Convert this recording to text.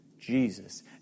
Jesus